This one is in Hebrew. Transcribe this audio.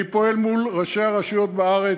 אני פועל מול ראשי הרשויות בארץ,